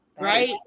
right